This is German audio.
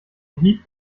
hieb